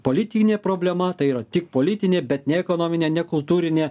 politinė problema tai yra tik politinė bet ne ekonominė ne kultūrinė